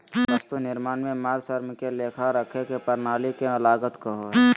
वस्तु निर्माण में माल, श्रम के लेखा रखे के प्रणाली के लागत कहो हइ